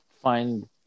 find